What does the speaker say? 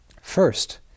First